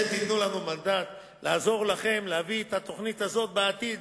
אתם תיתנו לנו מנדט לעזור לכם להביא את התוכנית הזאת בעתיד,